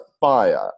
fire